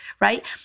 right